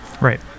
right